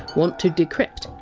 want to decrypt.